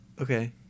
Okay